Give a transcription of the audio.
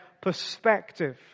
perspective